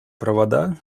провода